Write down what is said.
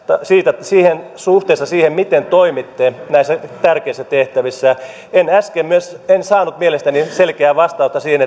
suhteessa siihen miten toimitte näissä tärkeissä tehtävissä äsken en saanut mielestäni selkeää vastausta siihen